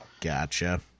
Gotcha